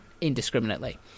indiscriminately